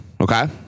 Okay